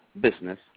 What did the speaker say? business